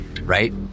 right